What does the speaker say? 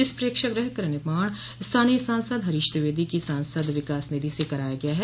इस प्रेक्षागृह का निर्माण स्थानीय सांसद हरीश द्विवेदी की सांसद विकास निधि से कराया गया है